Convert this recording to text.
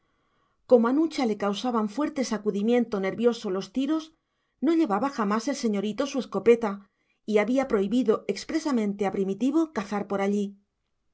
como a nucha le causaban fuerte sacudimiento nervioso los tiros no llevaba jamás el señorito su escopeta y había prohibido expresamente a primitivo cazar por allí